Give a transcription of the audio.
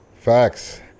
Facts